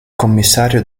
commissario